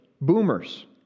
boomers